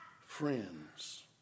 friends